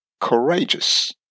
courageous